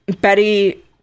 Betty